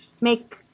make